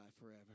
forever